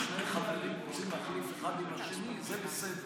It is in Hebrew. שני חברים שרוצים להחליף אחד עם השני, זה בסדר,